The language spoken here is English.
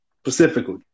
specifically